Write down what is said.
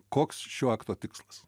koks šio akto tikslas